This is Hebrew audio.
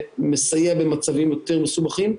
זה מסייע במצבים יותר מסובכים,